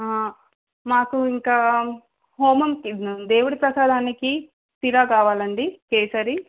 మాకు ఇంకా హోమం దేవుడి ప్రసాదానికి సిరా కావాలండి కేసరి